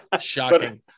shocking